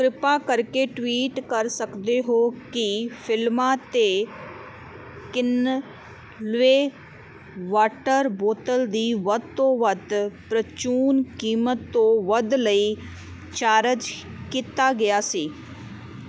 ਕਿਰਪਾ ਕਰਕੇ ਟਵੀਟ ਕਰ ਸਕਦੇ ਹੋ ਕਿ ਫਿਲਮਾਂ 'ਤੇ ਕਿਨਲੇ ਵਾਟਰ ਬੋਤਲ ਦੀ ਵੱਧ ਤੋਂ ਵੱਧ ਪ੍ਰਚੂਨ ਕੀਮਤ ਤੋਂ ਵੱਧ ਲਈ ਚਾਰਜ ਕੀਤਾ ਗਿਆ ਸੀ